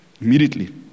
Immediately